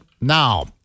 Now